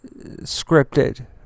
scripted